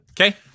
Okay